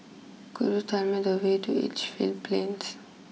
could you tell me the way to Edgefield Plains